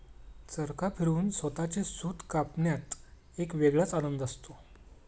चरखा फिरवून स्वतःचे सूत कापण्यात एक वेगळाच आनंद असतो